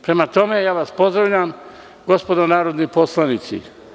Prema tome, ja vas pozdravljam, gospodo narodni poslanici.